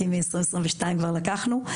כי מ-2022 כבר לקחנו.